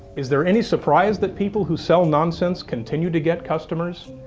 is there any surprise that people who sell nonsense continue to get customers?